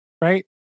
right